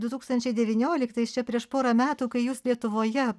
du tūkstančiai devynioliktais čia prieš porą metų kai jūs lietuvoje